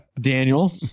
Daniel